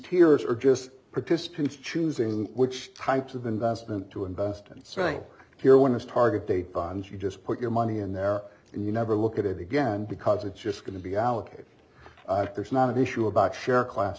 tears are just participants choosing which types of investment to invest and saying if you're one of the target date bonds you just put your money in there and you never look at it again because it's just going to be allocated there's not an issue about share class